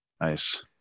Nice